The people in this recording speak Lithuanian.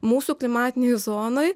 mūsų klimatinėj zonoj